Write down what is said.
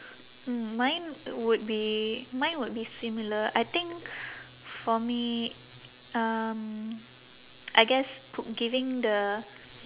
mm mine would be mine would be similar I think for me um I guess p~ giving the